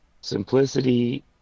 Simplicity